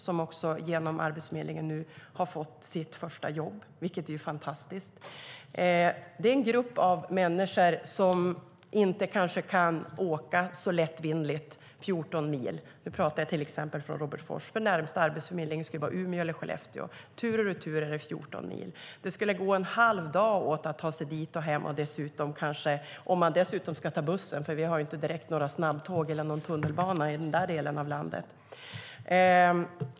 Han har nu genom Arbetsförmedlingen fått sitt första jobb, vilket är fantastiskt. Det är en grupp av människor som inte så lättvindigt kan åka 14 mil. Då pratar jag till exempel om Robertsfors, där närmaste arbetsförmedling skulle vara i Umeå eller Skellefteå. Tur och retur är det 14 mil dit. Det skulle gå åt en halv dag för att ta sig dit och hem, dessutom kanske om man ska ta bussen, för vi har inte direkt några snabbtåg eller någon tunnelbana i den delen av landet.